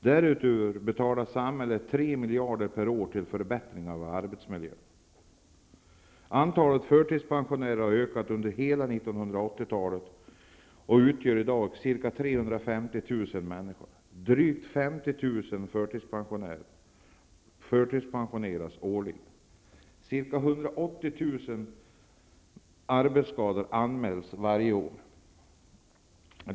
Därutöver betalar samhället 3 miljarder per år till förbättringar av arbetsmiljön. Antalet förtidspensionärer har ökat under hela 1980-talet och utgör i dag ca 350 000 människor. arbetsskador anmäls varje år.